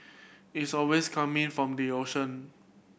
it's always coming from the ocean